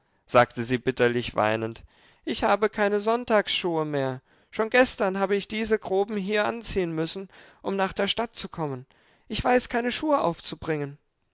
sagte sie bitterlich weinend ich habe keine sonntagsschuhe mehr schon gestern habe ich diese groben hier anziehen müssen um nach der stadt zu kommen ich weiß keine schuhe aufzubringen